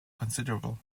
considerable